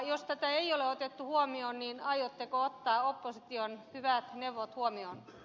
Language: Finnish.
jos tätä ei ole otettu huomioon niin aiotteko ottaa opposition hyvät neuvot huomioon